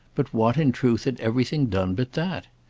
but what in truth had everything done but that?